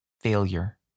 failure